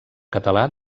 català